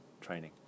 training